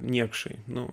niekšai nu